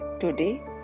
Today